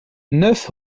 neuf